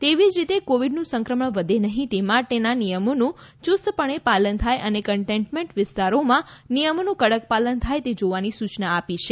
એવી જ રીતે કોવિડનું સંક્રમણ વધે નહીં તે માટેના નિયમોનું યૂસ્તપણે પાલન થાય અને કન્ટેનમેન્ટ વિસ્તારોમાં નિયમોનું કડક પાલન થાય તે જોવાની સૂચના અપાઈ છે